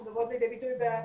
הן באות לידי ביטוי באבטלה,